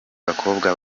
bakobwa